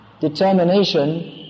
determination